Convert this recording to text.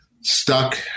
stuck